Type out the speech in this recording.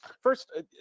First